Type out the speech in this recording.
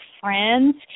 friends